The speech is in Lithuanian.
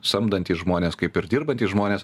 samdantys žmonės kaip ir dirbantys žmonės